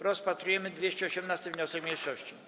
Rozpatrujemy 218. wniosek mniejszości.